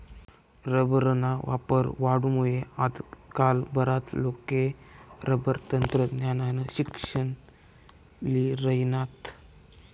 रबरना वापर वाढामुये आजकाल बराच लोके रबर तंत्रज्ञाननं शिक्सन ल्ही राहिनात